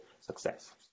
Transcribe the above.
success